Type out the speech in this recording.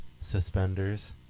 suspenders